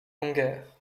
longueur